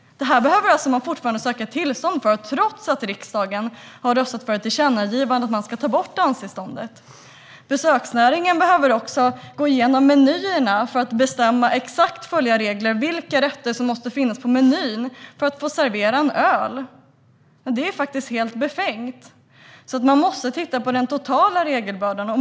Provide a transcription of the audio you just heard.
Det behöver man alltså fortfarande söka tillstånd för, trots att riksdagen har röstat för ett tillkännagivande att man ska ta bort danstillståndet. Besöksnäringen behöver också gå igenom menyerna för att exakt följa regler för vilka rätter som måste finnas på menyn för att man ska få servera en öl. Det är faktiskt helt befängt. Man måste alltså titta på den totala regelbördan.